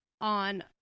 on